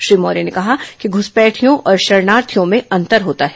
श्री मौर्य ने कहा कि घुसपैठियां और शरणार्थियों में अंतर होता है